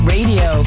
Radio